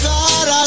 God